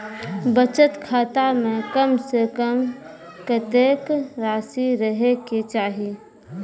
बचत खाता म कम से कम कत्तेक रासि रहे के चाहि?